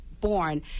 born